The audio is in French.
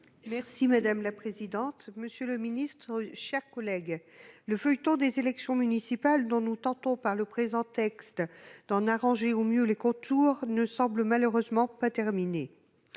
Madame la présidente, monsieur le ministre, mes chers collègues, le feuilleton des élections municipales, même si le présent texte est censé en arranger au mieux les contours, ne semble malheureusement pas terminé.